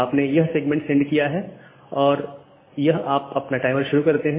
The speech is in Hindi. आपने यह सेगमेंट सेंड किया है और यह आप अपना टाइमर शुरू कर करते हैं